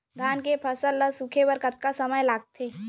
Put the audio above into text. धान के फसल ल सूखे बर कतका समय ल लगथे?